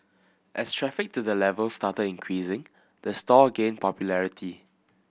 as traffic to the level started increasing the store gained popularity